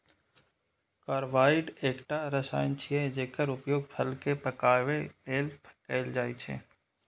carbide एकटा रसायन छियै, जेकर उपयोग फल कें पकाबै लेल कैल जाइ छै